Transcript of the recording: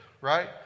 right